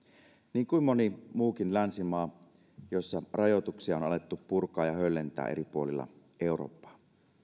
niin kuin moni muukin länsimaa joissa rajoituksia on alettu purkaa ja höllentää eri puolilla eurooppaa